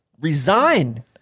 resign